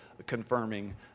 confirming